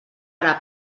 ara